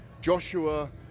Joshua